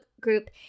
group